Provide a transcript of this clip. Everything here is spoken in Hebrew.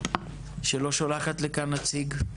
שלא שולחת לכאן נציג,